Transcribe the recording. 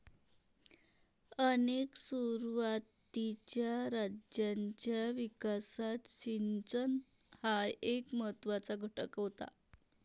अनेक सुरुवातीच्या राज्यांच्या विकासात सिंचन हा एक महत्त्वाचा घटक होता